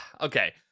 okay